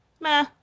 meh